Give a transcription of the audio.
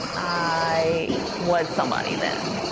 i was somebody then.